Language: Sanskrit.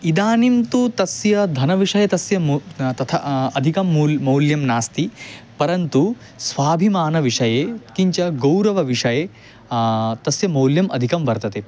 इदानीन्तु तस्य धनविषये तस्य मूल्यं तथा अधिकं मू मूल्यम् नास्ति परन्तु स्वाभिमानविषये किञ्च गौरवविषये तस्य मौल्यम् अधिकं वर्तते